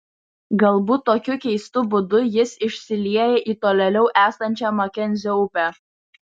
galbūt tokiu keistu būdu jis išsilieja į tolėliau esančią makenzio upę